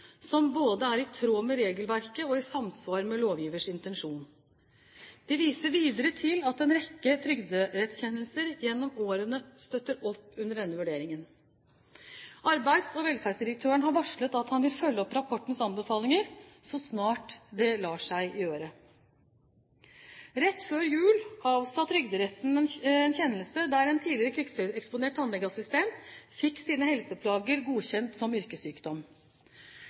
som både er i tråd med regelverket og i samsvar med lovgivers intensjon. De viser videre til at en rekke trygderettskjennelser gjennom årene støtter opp under denne vurderingen. Arbeids- og velferdsdirektøren har varslet at han vil følge opp rapportens anbefalinger så snart det lar seg gjøre. Rett før jul avsa Trygderetten en kjennelse der en tidligere kvikksølveksponert tannlegeassistent fikk sine helseplager godkjent som yrkessykdom.